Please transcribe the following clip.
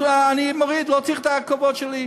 אני מוריד, לא צריך את הכבוד שלי.